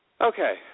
okay